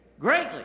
greatly